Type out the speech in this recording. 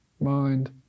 mind